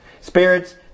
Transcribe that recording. Spirits